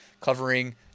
covering